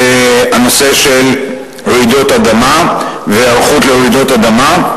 זה הנושא של רעידות אדמה והיערכות לרעידות אדמה.